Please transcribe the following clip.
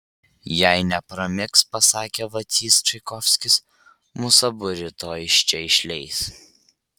jei nepramigs pasakė vacys čaikovskis mus abu rytoj iš čia išleis